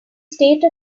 state